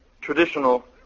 traditional